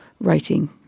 writing